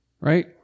right